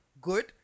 good